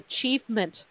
achievement